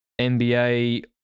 NBA